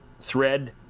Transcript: thread